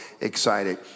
excited